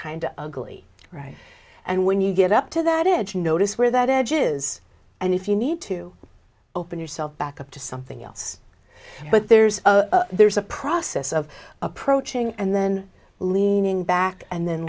of ugly right and when you get up to that edge you notice where that edge is and if you need to open yourself back up to something else but there's a there's a process of approaching and then leaning back and then